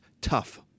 Tough